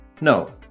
no